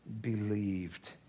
believed